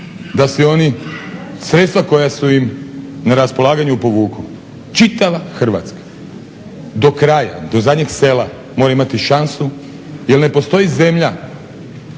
da si i oni sredstva koja su im na raspolaganju povuku. Čitava Hrvatska, do kraja, do zadnjeg sela mora imati šansu jer ne postoji zemlja